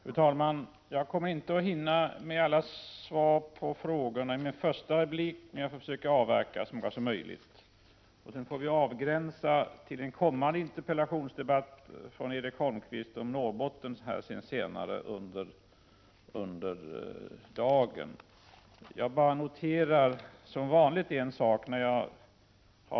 Vid den bedömningen utgick de båda företagen bl.a. från länsstyrelsens rapport om = Prot.